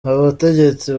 ubutegetsi